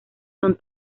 son